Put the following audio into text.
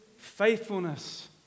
faithfulness